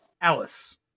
Alice